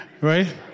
right